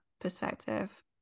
perspective